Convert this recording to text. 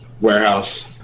warehouse